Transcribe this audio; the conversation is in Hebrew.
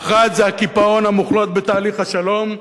והאחת זה הקיפאון המוחלט בתהליך השלום.